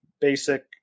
Basic